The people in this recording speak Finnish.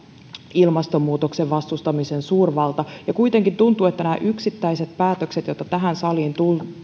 ilmastonmuutoksen vastustamisen suurvalta ja kuitenkin tuntuu että nämä yksittäiset päätökset joita tähän saliin